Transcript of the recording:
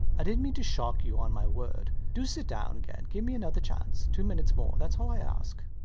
i didnt mean to shock you, on my word. do sit down again. give me another chance. two minutes more thats all i ask.